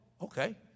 okay